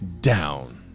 down